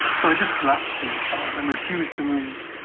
so i just collapsed in the car and refused to move.